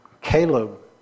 Caleb